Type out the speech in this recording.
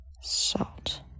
salt